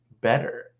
better